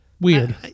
weird